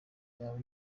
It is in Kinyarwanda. yawe